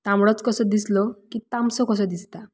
तांबडोच कसो दिसलो की तामसो कसो दिसता